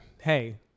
hey